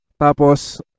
Tapos